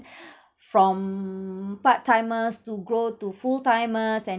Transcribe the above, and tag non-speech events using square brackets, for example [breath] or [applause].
[breath] from part timers to grow to full timers and